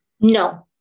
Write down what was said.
No